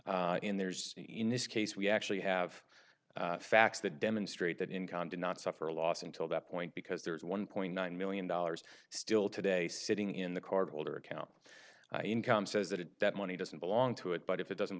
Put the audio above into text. in theirs in this case we actually have facts that demonstrate that encounter not suffer a loss until that point because there is one point nine million dollars still today sitting in the card holder account income says that that money doesn't belong to it but if it doesn't